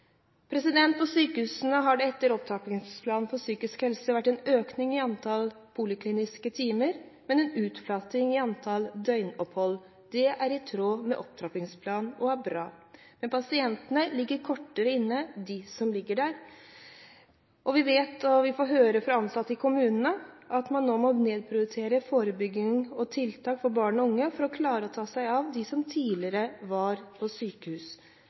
På sykehusene har det etter opptrappingsplanen for psykisk helse vært en økning i antall polikliniske timer, men en utflating i antall døgnopphold. Det er i tråd med opptrappingsplanen og er bra. Men pasientene ligger kortere inne – de som ligger der. Vi vet og får høre fra ansatte i kommunene at man nå må nedprioritere forebygging og tiltak for barn og unge for å klare å ta seg av dem som tidligere var på sykehus.